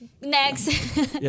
next